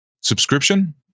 subscription